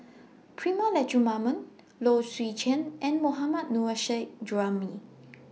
Prema Letchumanan Low Swee Chen and Mohammad Nurrasyid Juraimi